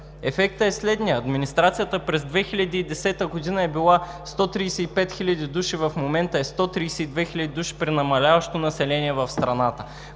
Ефектът е следният: администрацията през 2010 г. е била 135 хиляди души, в момента е 132 хиляди души, при намаляващо население в страната.